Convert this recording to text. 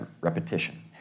repetition